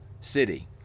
city